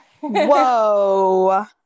whoa